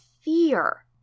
fear